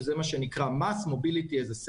שזה מה שנקרא MAS - Mobility as a service.